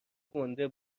گنده